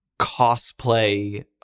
cosplay